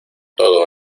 todo